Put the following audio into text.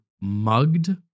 mugged